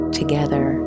together